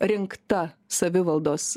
rinkta savivaldos